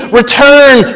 return